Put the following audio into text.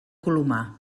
colomar